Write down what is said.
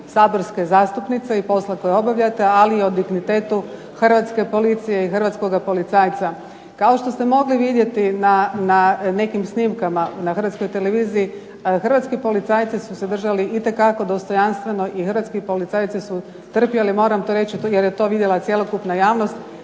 saborske zastupnice i posla koji obavljate, ali i o dignitetu hrvatske policije i hrvatskog policajca. Kao što ste mogli vidjeti na nekim snimkama na hrvatskoj televiziji, hrvatski policajci su se držali itekako dostojanstveno i hrvatski policajci su trpjeli, moram to reći jer je to vidjela cjelokupna javnost,